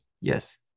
Yes